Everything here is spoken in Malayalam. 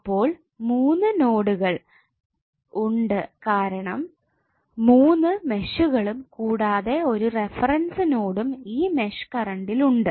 അപ്പോൾ മൂന്ന് നോഡുകൾ ഉണ്ട് കാരണം 3 മെഷുകളും കൂടാതെ ഒരു റഫറൻസ് നോഡു ഈ മെഷ് കറണ്ടിൽ ഉണ്ട്